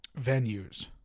venues